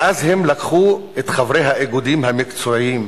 ואז הם לקחו את חברי האיגודים המקצועיים,